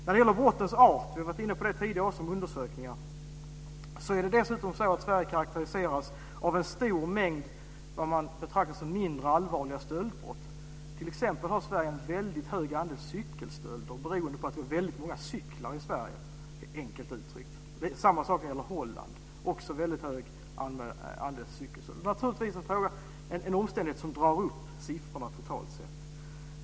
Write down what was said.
När det gäller brottens art - vi har varit inne på det tidigare utifrån olika undersökningar - är det dessutom så att Sverige karakteriseras av en stor mängd av det man betraktar som mindre allvarliga stöldbrott. Sverige har t.ex. en mycket hög andel cykelstölder, beroende på att vi har väldigt många cyklar i Sverige, enkelt uttryckt. Samma sak gäller Holland. Där är det också en mycket hög andel cykelstölder. Det är naturligtvis en omständighet som drar upp siffrorna totalt sett.